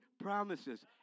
promises